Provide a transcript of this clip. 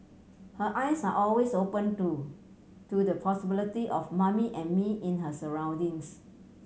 her eyes are always open too to the possibility of Mummy and Me in her surroundings